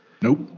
Nope